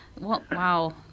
Wow